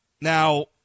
Now